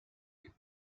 him